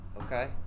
okay